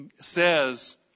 says